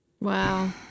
wow